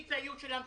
הצבעה בעד, 12 נגד,